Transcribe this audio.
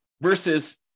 versus